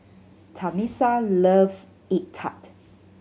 Tamisha loves egg tart